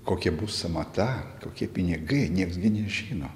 kokia bus sąmata kokie pinigai nieks gi nežino